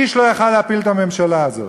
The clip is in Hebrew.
איש לא יכול היה להפיל את הממשלה הזאת,